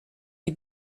die